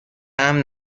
امن